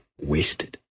wasted